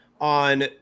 on